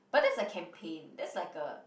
but that's a campaign that's like a